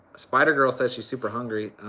spidergirl says she's super hungry.